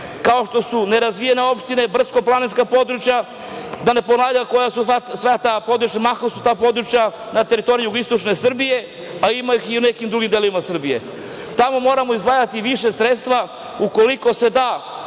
kao što su nerazvijene opštine, brdsko-planinska područja, da ne ponavljam koja su sva ta područja. Mahom su ta područja na teritoriji jugoistočne Srbije, a ima ih i u nekim drugim delovima Srbije. Tamo moramo izdvajati više sredstava, ukoliko se da